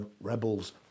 rebels